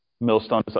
millstone